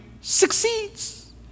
succeeds